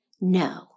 No